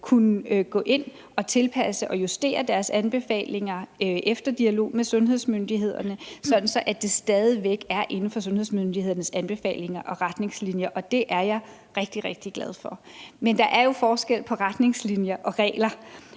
kunnet gå ind og tilpasse og justere deres anbefalinger efter dialog med sundhedsmyndighederne, sådan at det stadig væk er inden for sundhedsmyndighedernes anbefalinger og retningslinjer – og det er jeg rigtig, rigtig glad for. Men der er jo forskel på retningslinjer og regler,